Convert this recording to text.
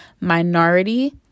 minority